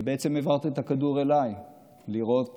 ובעצם העברת את הכדור אליי, לראות